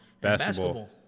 basketball